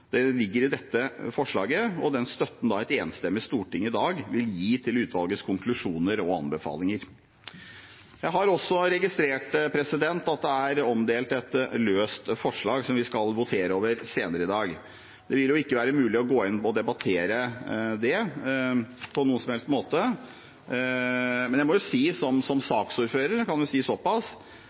ligger i dette forslaget, og den støtten et enstemmig storting i dag vil gi til utvalgets konklusjoner og anbefalinger. Jeg har også registrert at det er omdelt et løst forslag som vi skal votere over senere i dag. Det vil det ikke være mulig å gå inn i og debattere på noen som helst måte. Men som saksordfører kan jeg si